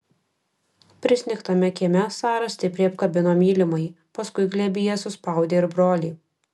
prisnigtame kieme sara stipriai apkabino mylimąjį paskui glėbyje suspaudė ir brolį